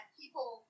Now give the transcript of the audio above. people